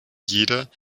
jeder